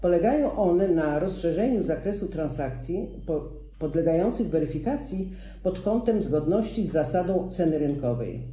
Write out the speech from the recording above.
Polegają one na rozszerzeniu zakresu transakcji podlegających weryfikacji pod kątem zgodności z zasadą ceny rynkowej.